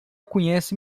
conhece